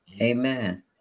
Amen